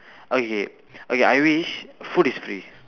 okay okay I wish food is free